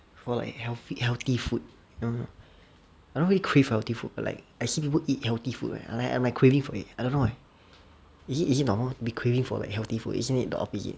for like heath~ healthy food you know I don't really crave for healthy food but like I see people eat healthy food right I'm like I'm like craving for it I don't know why is it is it normal be like craving for like healthy food isn't it like the opposite